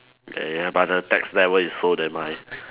ya ya but the tax level is so damn high